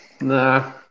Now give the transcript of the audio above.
Nah